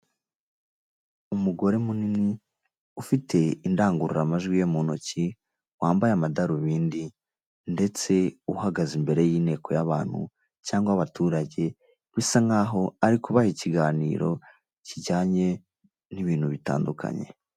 Umugore munini ufite indangururamajwi ye mu ntoki, wambaye amadarubindi ndetse uhagaze imbere y'inteko y'abantu cyangwa abaturage, bisa nkaho ari kubaha ikiganiro kijyanye n'ibintu bitandukanye.